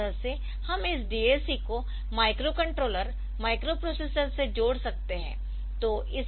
तो इस तरह से हम इस DAC को माइक्रोकंट्रोलर माइक्रोप्रोसेसर से जोड़ सकते है